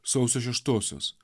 sausio šeštosios